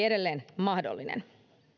edelleen mahdollinen